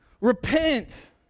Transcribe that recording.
Repent